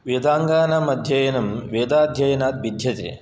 वेदाङ्गानामध्ययनं वेदाध्ययनात् भिद्यते